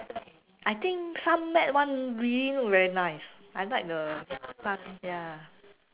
I think some matt [one] really look very nice I like the some ya